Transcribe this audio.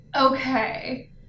Okay